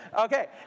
Okay